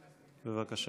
בבקשה.